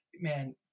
man